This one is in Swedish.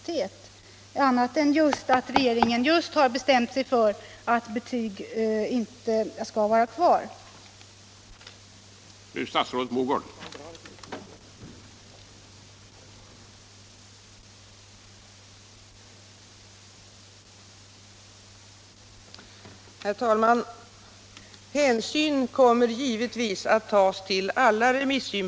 Anders Arfwedson måste ändå betraktas som en representant för departementet och därmed också för regeringen.